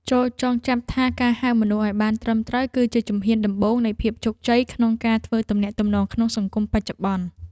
ចូរចងចាំថាការហៅមនុស្សឱ្យបានត្រឹមត្រូវ គឺជាជំហានដំបូងនៃភាពជោគជ័យក្នុងការធ្វើទំនាក់ទំនងក្នុងសង្គមបច្ចុប្បន្ន។